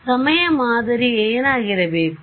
ಸಮಯ ಮಾದರಿ ಏನಾಗಿರಬೇಕು